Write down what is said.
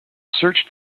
searched